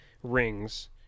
rings